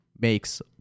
makes